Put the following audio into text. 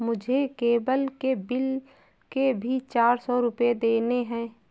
मुझे केबल के बिल के भी चार सौ रुपए देने हैं